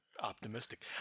Optimistic